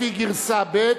לפי גרסה ב'